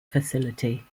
facility